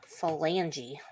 phalange